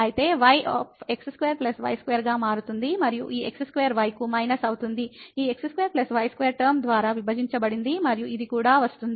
అయితే ఇది y x2 y2 గా మారుతుంది మరియు ఈ x2y కు మైనస్ అవుతుంది ఈ x2 y2 టర్మ ద్వారా విభజించబడింది మరియు ఇది కూడా వస్తుంది